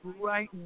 right